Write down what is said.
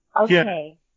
Okay